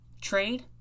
trade